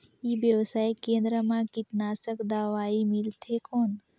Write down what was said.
ई व्यवसाय केंद्र मा कीटनाशक दवाई मिलथे कौन?